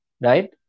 right